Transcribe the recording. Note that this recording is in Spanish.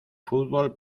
fútbol